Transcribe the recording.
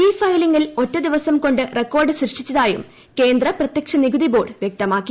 E ഫയലിംഗിൽ ഒറ്റ ദിവസം കൊണ്ട് റെക്കോർഡ് സൃഷ്ടിച്ചതീയും കേന്ദ്ര പ്രത്യക്ഷ നികുതി ബോർഡ് വ്യക്തമാക്കി